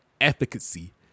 efficacy